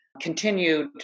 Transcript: continued